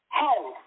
home